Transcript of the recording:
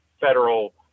federal